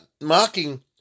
mocking